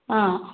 ஆ